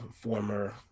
former